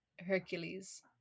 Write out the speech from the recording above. Hercules